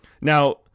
Now